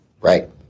Right